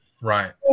Right